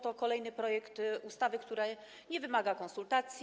To kolejny projekt ustawy, który nie wymaga konsultacji.